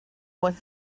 was